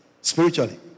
spiritually